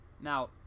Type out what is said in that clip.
Now